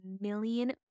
million